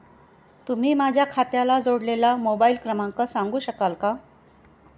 तुम्ही माझ्या खात्याला जोडलेला मोबाइल क्रमांक सांगू शकाल का?